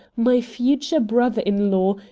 my future brother-in-law,